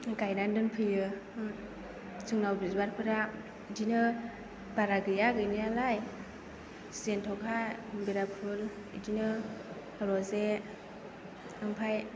गायनानै दोनफैयो जोंनाव बिबारफोरा बिदिनो बारा गैया गैनायालाय जेन्थ'खा बेराफुल बिदिनो रजे ओमफ्राय